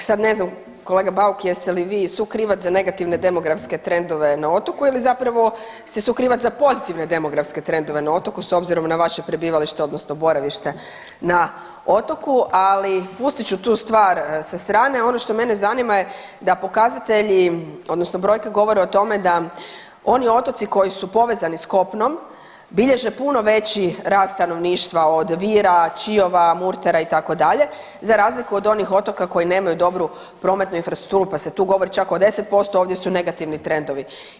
E sad ne znam kolega Bauk jeste li vi sukrivac za negativne demografske trendove na otoku ili zapravo ste sukrivac za pozitivne demografske trendove na otoku s obzirom na vaše prebivalište odnosno boravište na otoku, ali pustit ću tu stvar sa strane, a ono što mene zanima je da pokazatelji odnosno brojke govore o tome da oni otoci koji su povezani s kopnom bilježe puno veći rast stanovništva od Vira, Čiova, Murtera itd. za razliku od onih otoka koji nemaju dobru prometnu infrastrukturu, pa se tu govori čak o 10%, ovdje su negativni trendovi.